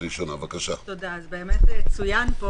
אז באמת צוין פה